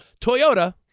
Toyota